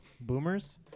boomers